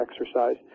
exercise